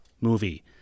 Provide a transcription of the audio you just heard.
movie